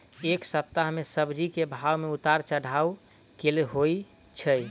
एक सप्ताह मे सब्जी केँ भाव मे उतार चढ़ाब केल होइ छै?